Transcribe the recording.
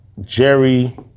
Jerry